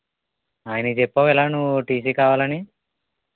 ఆయనకి చెప్పావా ఇలా నువ్వు టీసీ కావాలని